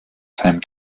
seinem